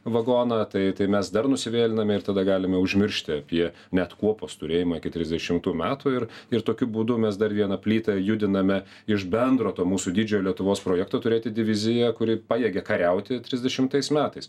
vagoną tai tai mes dar nusivėliname ir tada galime užmiršti apie net kuopos turėjimą iki trisdešimtų metų ir ir tokiu būdu mes dar vieną plytą judiname iš bendro to mūsų didžiojo lietuvos projekto turėti diviziją kuri pajėgia kariauti trisdešimtais metais